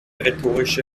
rhetorische